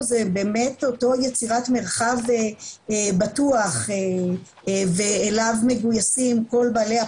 זה באמת אותה יצירת מרחב בטוח ואליו מגויסים כל בעלי הפאבים,